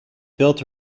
built